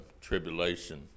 tribulation